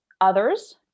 others